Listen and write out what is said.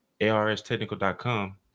arstechnical.com